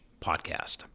podcast